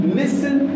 listen